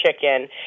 chicken